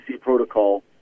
protocol